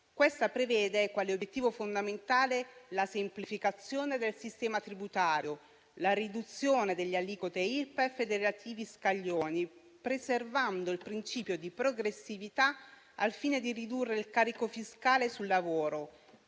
Questa prevede quale obiettivo fondamentale la semplificazione del sistema tributario, la riduzione delle aliquote Irpef e dei relativi scaglioni, preservando il principio di progressività, al fine di ridurre il carico fiscale sul lavoro